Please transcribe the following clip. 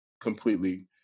completely